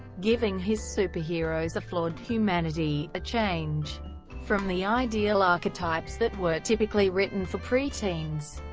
giving his superheroes a flawed humanity, a change from the ideal archetypes that were typically written for preteens.